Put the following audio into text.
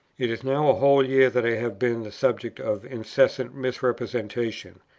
it is now a whole year that i have been the subject of incessant misrepresentation.